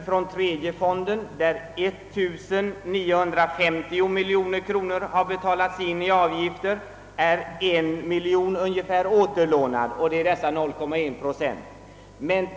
Från tredje AP-fonden, till vilken 1950 miljoner kronor har betalats in i avgifter, är 1 miljon kronor återlånad. Det är dessa 0,1 procent som herr Nordgren talade om.